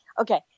Okay